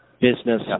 business